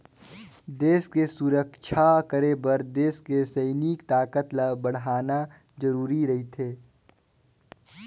देस के सुरक्छा करे बर देस के सइनिक ताकत ल बड़हाना जरूरी रथें